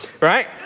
right